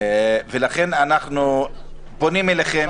לכן אנחנו פונים אליכם,